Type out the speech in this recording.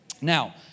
Now